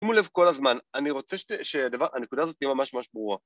‫תשימו לב כל הזמן, אני רוצה ‫שהנקודה הזאת תהיה ממש ברורה.